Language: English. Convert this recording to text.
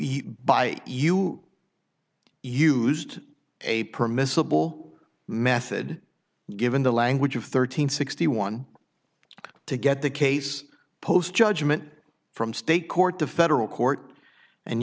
buy used a permissible method given the language of thirteenth sixty one to get the case post judgment from state court to federal court and